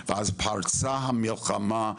ואז פרצה המלחמה,